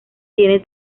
tiene